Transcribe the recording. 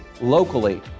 locally